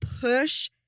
push